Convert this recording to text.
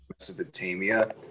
Mesopotamia